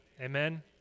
Amen